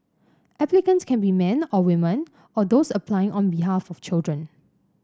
applicants can be men or women or those applying on behalf of children